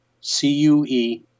C-U-E